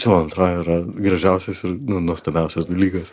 čia man atro yra gražiausias ir nu nuostabiausias dalykas